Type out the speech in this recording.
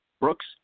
Brooks